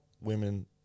Women